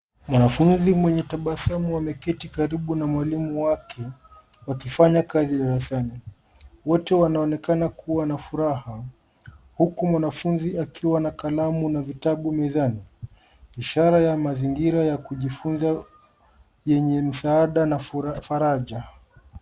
Mwanafunzi mwenye tabasamu ameketi karibu na mwalimu wake. Wakifanya kazi darasani. Wote wanaonekana kuwa na furaha. Huku mwanafunzi akiwa na kalamu na vitabu mezani. Ishara ya mazingira ya kujifunza yenye msaada na faraja.